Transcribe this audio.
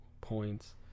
points